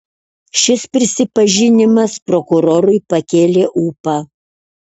šis prisipažinimas prokurorui pakėlė ūpą